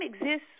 exists